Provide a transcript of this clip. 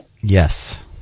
Yes